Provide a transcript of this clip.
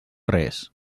res